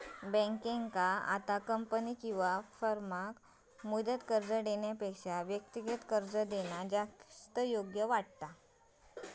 बँकेंका आता कंपनी किंवा फर्माक मुदत कर्ज देण्यापेक्षा व्यक्तिगत कर्ज देणा जास्त योग्य वाटता